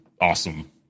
awesome